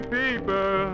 people